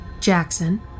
Jackson